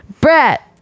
Brett